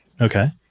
Okay